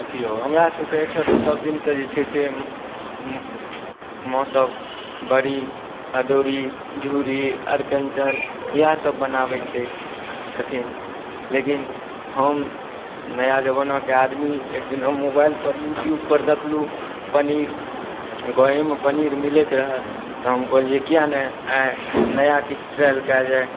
देखिऔ हमरासबके ओहिठाम तऽ सबदिनसँ जे छै से माँ सब बड़ी अदौड़ी झूरी अरिकञ्चन इएहसब बनाबै छै छथिन लेकिन हम नया जमानाके आदमी एकदिन हम मोबाइलपर यूट्यूबपर देखलहुँ पनीर गामेमे पनीर मिलैत रहै तऽ हम कहलिए किएक नहि आइ नया किछु ट्रायल कएल जाइ